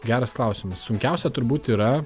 geras klausimas sunkiausia turbūt yra